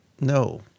No